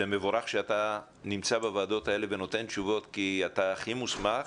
מבורך שאתה נמצא בוועדות האלה ונותן תשובות כי אתה הכי מוסמך.